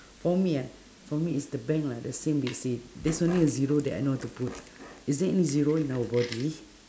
for me ah for me is the bank lah the same the same that's the only zero I know how to put is there any zero in our body